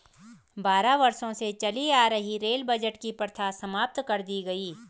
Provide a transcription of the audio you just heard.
बारह वर्षों से चली आ रही रेल बजट की प्रथा समाप्त कर दी गयी